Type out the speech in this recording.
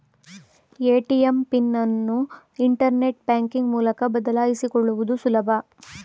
ATM PIN ಅನ್ನು internet banking ಮೂಲಕ ಬದಲಾಯಿಸಿಕೊಳ್ಳುದು ಸುಲಭ